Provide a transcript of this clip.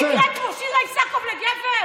יש מקרה כמו שירה איסקוב לגבר?